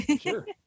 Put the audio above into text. Sure